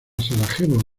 sarajevo